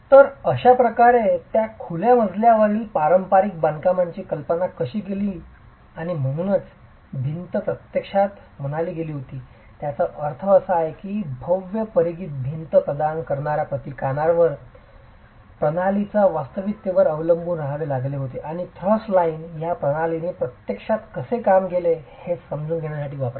तर अशाप्रकारे या खुल्या मजल्यावरील पारंपारिक बांधकामांची कल्पना कशी केली गेली आणि म्हणूनच भिंत प्रत्यक्षात म्हणाली गेली होती याचा अर्थ असा आहे की भव्य परिघीय भिंत प्रदान करणार्या प्रतिकारांवर प्रणालीला वास्तविकतेवर अवलंबून रहावे लागले होते आणि थ्रस्ट लाइन या प्रणालींनी प्रत्यक्षात कसे काम केले हे समजून घेण्यासाठी वापरा